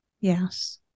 Yes